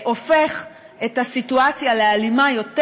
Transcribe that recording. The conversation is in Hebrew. זה הופך את הסיטואציה לאלימה יותר,